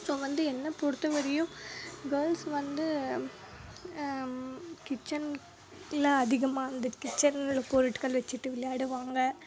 so வந்து என்னை பொறுத்தவரையும் கேர்ள்ஸ் வந்து கிச்சனில் அதிகமாக வந்துட்டு கிச்சனில் உள்ள பொருட்கள் வெச்சுட்டு விளையாடுவாங்க